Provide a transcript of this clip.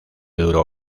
duró